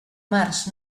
març